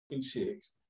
chicks